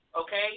okay